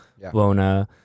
Wona